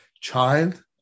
child